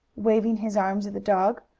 waving his arms at the dog,